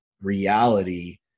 reality